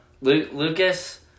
Lucas